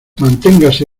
manténgase